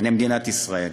למדינת ישראל.